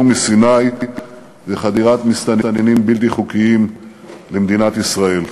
מסיני וחדירת מסתננים בלתי חוקיים למדינת ישראל.